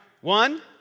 One